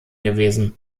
gewesen